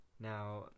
Now